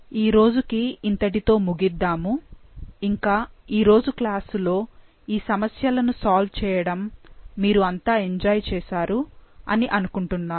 ఈరోజుకి ఇంతటితో ముగిద్దాము ఇంకా ఈరోజు క్లాసులో ఈ సమస్యలను సాల్వ్ చేయడం మీరు అంతా ఎంజాయ్ చేశారు అని అనుకుంటున్నాను